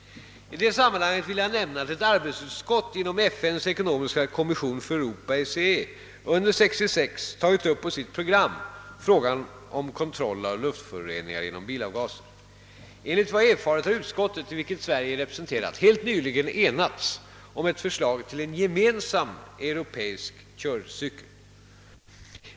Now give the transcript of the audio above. I detta sammanhang vill jag nämna att ett arbetsutskott inom FN:s ekonomiska kommission för Europa under år 1966 tagit upp på sitt program frågan om kontroll av luftföroreningar genom bilavgaser. Enligt vad jag erfarit har utskottet, i vilket Sverige är representerat, helt nyligen enats om ett förslag till en gemensam europeisk körcykel.